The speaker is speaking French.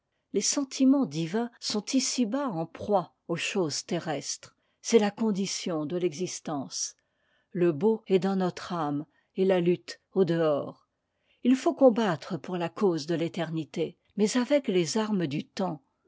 les sentiments divins sont ici-bas en proie aux choses terrestres c'est la condition de l'existence le beau est dans notre âme et la lutte au dehors tl faut combattre pour la cause de l'éternité mais avec les armes du temps